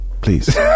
Please